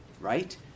right